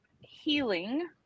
healing